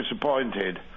disappointed